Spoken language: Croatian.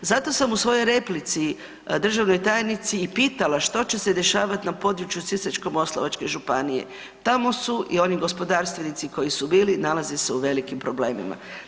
Zato sam u svojoj replici državnoj tajnici i pitala što će se dešavati na području Sisačko-moslavačke županije, tamo su i oni gospodarstvenici koji su bili nalaze se u velikim problemima.